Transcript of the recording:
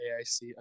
AIC